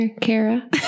Kara